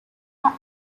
are